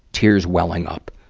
tears welling up,